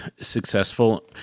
Successful